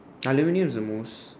I never knew it was the most